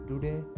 Today